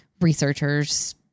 researchers